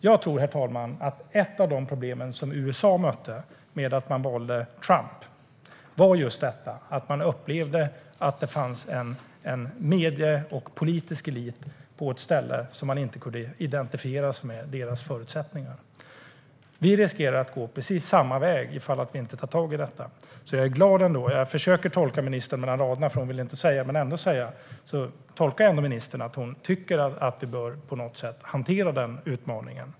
Herr talman! Jag tror att ett av de problem som USA mötte i samband med att Trump valdes var att människor upplevde att det fanns en medial och politisk elit på ett ställe och att denna elit inte kunde identifiera sig med dem och förstå deras förutsättningar. Vi riskerar att gå precis samma väg ifall vi inte tar tag i detta. Jag är glad ändå. Jag försöker tolka ministern mellan raderna, för det verkar finnas en del som hon inte vill säga men ändå vill få fram. Jag tolkar ministern som att hon tycker att vi på något sätt bör hantera denna utmaning.